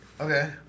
Okay